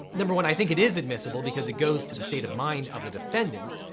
number one i think it is admissible because it goes to the state of mind of the defendant.